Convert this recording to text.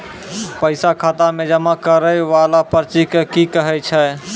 पैसा खाता मे जमा करैय वाला पर्ची के की कहेय छै?